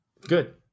Good